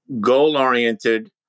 goal-oriented